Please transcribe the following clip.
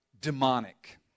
demonic